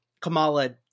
Kamala